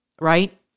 right